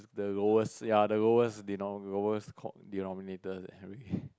the lowest ya the lowest deno~ the lowest co~ denominators eh really